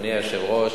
אדוני היושב-ראש,